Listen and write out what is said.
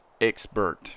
expert